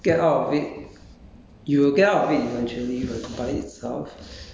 samadhi is a concentration stage and then when you get out of it